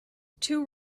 too